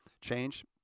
change